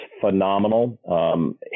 phenomenal